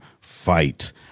fight